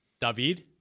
David